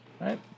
right